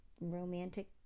romantic